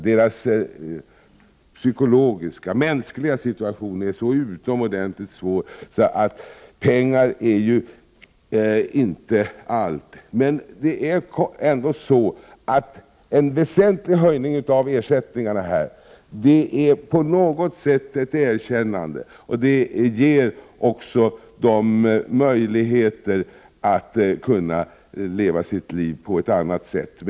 Deras psykologiska och mänskliga situation är så utomordentligt svår att pengar inte är allt. Men en väsentlig höjning av ersättningarna är på något sätt ett erkännande och ger dessa människor möjlighet att leva sina liv på ett annat sätt.